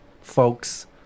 Folks